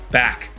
back